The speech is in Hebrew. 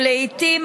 ולעיתים,